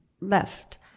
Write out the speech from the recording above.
left